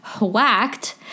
whacked